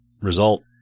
result